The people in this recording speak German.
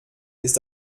ist